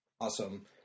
Awesome